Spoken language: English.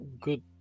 good